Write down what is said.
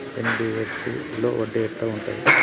NBFC లో వడ్డీ ఎట్లా ఉంటది?